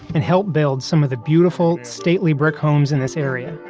and helped build some of the beautiful, stately brick homes in this area.